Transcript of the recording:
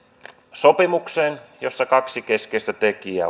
sopimukseen jossa on kaksi keskeistä tekijää